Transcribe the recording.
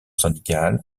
syndical